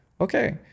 Okay